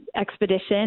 expedition